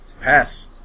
Pass